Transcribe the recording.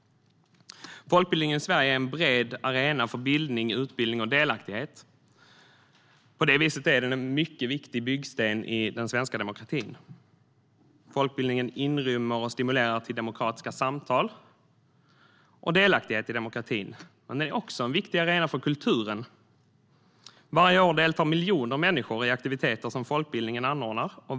Folkbildningen i Sverige är en bred arena för bildning, utbildning och delaktighet. På det viset är den en mycket viktig byggsten i den svenska demokratin. Folkbildningen inrymmer och stimulerar till demokratiska samtal och delaktighet i demokratin, men den är också en viktig arena för kulturen. Varje år deltar miljoner människor i aktiviteter som folkbildningen anordnar.